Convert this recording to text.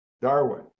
Darwin